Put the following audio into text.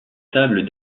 tables